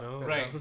right